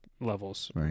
levels